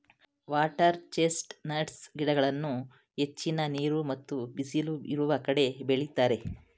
water chestnuts ಗಿಡಗಳನ್ನು ಹೆಚ್ಚಿನ ನೀರು ಮತ್ತು ಬಿಸಿಲು ಇರುವ ಕಡೆ ಬೆಳಿತರೆ